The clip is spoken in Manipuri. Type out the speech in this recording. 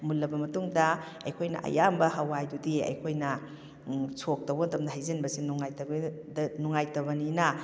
ꯃꯨꯟꯂꯕ ꯃꯇꯨꯡꯗ ꯑꯩꯈꯣꯏꯅ ꯑꯌꯥꯝꯕ ꯍꯋꯥꯏꯗꯨꯗꯤ ꯑꯩꯈꯣꯏꯅ ꯁꯣꯛ ꯇꯧꯕ ꯃꯇꯝꯗ ꯍꯩꯖꯤꯟꯕꯁꯦ ꯅꯨꯡꯉꯥꯏꯇꯕꯗ ꯅꯨꯡꯉꯥꯏꯇꯕꯅꯤꯅ